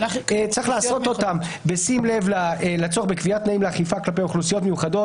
צריך לעשות "בשים לב לצורך בקביעת תנאים לאכיפה כלפי אוכלוסיות מיוחדות,